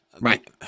Right